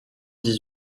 dix